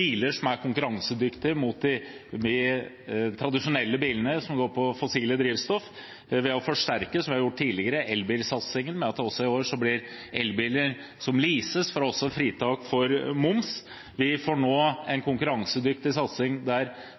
biler som er konkurransedyktige sammenlignet med de tradisjonelle bilene som går på fossile drivstoffer, gjennom å forsterke – som vi også har gjort tidligere – elbilsatsingen ved at elbiler som leases, også i år får fritak for moms. Vi får nå